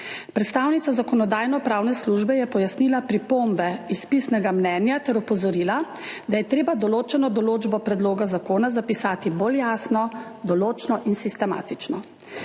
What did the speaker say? Predstavnica Zakonodajno-pravne službe je pojasnila pripombe iz pisnega mnenja ter opozorila, da je treba določeno določbo predloga zakona zapisati bolj jasno, določno in sistematično.